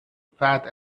fat